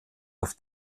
auf